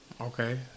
Okay